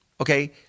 Okay